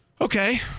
Okay